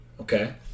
Okay